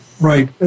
right